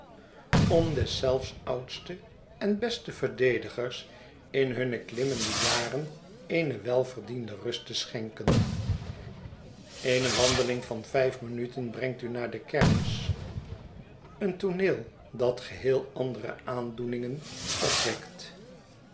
om deszelfs oudste en beste verdedigers in hunne klimmende jaren eene welverdiende rust te schenken eene wandeling van vijf minuten brengt u naar de kermis een tooneel dat geheel andere aandoeningen opwekt